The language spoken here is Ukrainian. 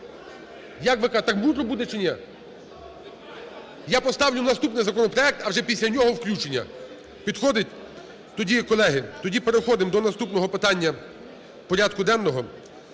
Як ви, так мудро буде чи ні? Я поставлю наступний законопроект, а вже після нього включення. Підходить? Тоді, колеги, тоді переходимо до наступного питання порядку денного.